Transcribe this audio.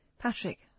Patrick